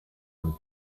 and